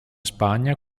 spagna